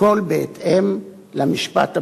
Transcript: הכול בהתאם למשפט הבין-לאומי.